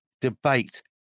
debate